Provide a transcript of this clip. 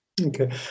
Okay